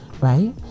right